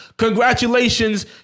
congratulations